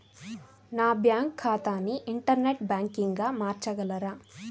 నా బ్యాంక్ ఖాతాని ఇంటర్నెట్ బ్యాంకింగ్గా మార్చగలరా?